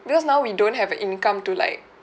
because now we don't have income to like